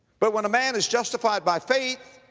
but when a man is justified by faith,